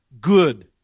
good